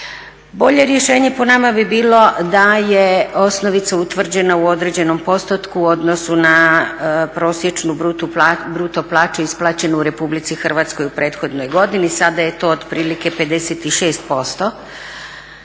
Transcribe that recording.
Bolje rješenje po nama bi bilo da je osnovica utvrđena u određenom postotku u odnosu na prosječnu bruto plaću isplaćenu u Republici Hrvatskoj u prethodnoj godini. Sada je to otprilike 56%